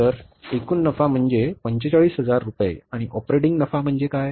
तर एकूण नफा म्हणजे 45000 रुपये आणि ऑपरेटिंग नफा म्हणजे काय